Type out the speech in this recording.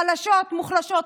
חלשות, מוחלשות.